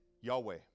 Yahweh